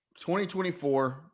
2024